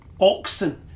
oxen